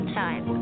time